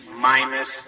minus